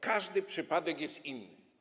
Każdy przypadek jest inny.